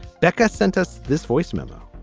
becca sent us this voice memo